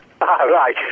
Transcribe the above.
Right